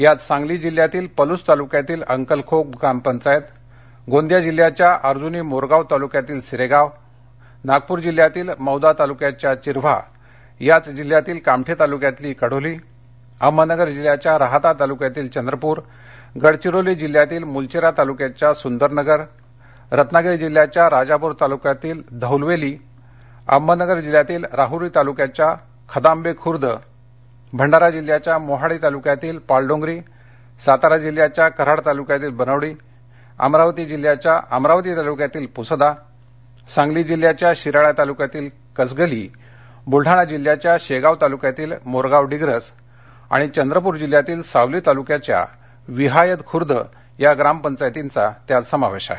यात सांगली जिल्ह्यातील पलुस तालुक्यातील अंकलखोप ग्रामपंचायत गोंदिया जिल्ह्याच्या अर्जुनीमोरगाव तालुक्यातील सिरेगाव नागपूर जिल्हयातील मौदा तालुक्याच्या चिरव्हा याच जिल्हयातील कामठी तालुक्यातली कढोली अहमदनगर जिल्ह्याच्या राहाता तालुक्यातील चंद्रपूर गडघिरोली जिल्हयातील मुलघेरा तालुक्याच्या सुदंरनगर रत्नागिरी जिल्ह्याच्या राजापूर तालुक्यातील धौलवेली अहमदनगर जिल्ह्यातील राहुरी तालुक्याच्या खदांबे खुर्द भंडारा जिल्ह्याच्या मोहाडी तालुक्यातील पालडोंगरी सातारा जिल्ह्याच्या कराड तालुक्यातील बनवडी अमरावती जिल्ह्याच्या अमरावती तालुक्यातील पुसदा सांगली जिल्ह्याच्या शिराळा तालुक्यातील कंसगली बुलढाणा जिल्हयाच्या शेगाव तालुक्यातील मोरगाव डिग्रस आणि चंद्रपूर जिल्ह्यातील सावली तालुक्याच्या वियाहद खुर्द या ग्रामपंचायतींचा समावेश आहे